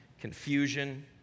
confusion